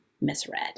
misread